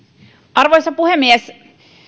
arvoisa puhemies